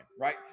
right